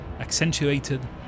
Accentuated